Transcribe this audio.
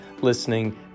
listening